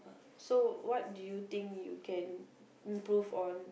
so what do you think you can improve on